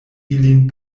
ilin